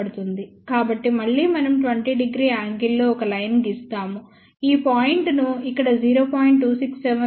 కాబట్టి మళ్ళీ మనం 20 º యాంగిల్ లో ఒక లైన్ ను గీస్తాము ఈ పాయింట్ ను ఇక్కడ 0